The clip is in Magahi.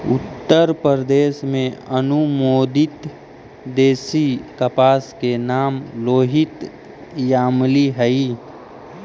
उत्तरप्रदेश में अनुमोदित देशी कपास के नाम लोहित यामली हई